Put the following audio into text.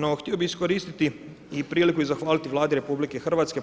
No, htio bih iskoristiti i priliku i zahvaliti Vladi RH,